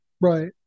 right